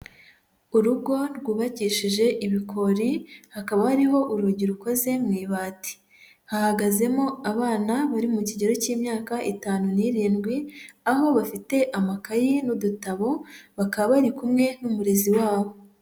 Urugo rwubakishije ibikori, hakaba hariho urugi rukoze mu ibati. Hahagazemo abana bari mu kigero cy'imyaka itanu n'irindwi, aho bafite amakayi n'udutabo bakaba bari kumwe n'umurezi wabo.